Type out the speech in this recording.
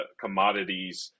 commodities